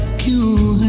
cue